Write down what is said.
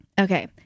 Okay